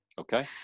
Okay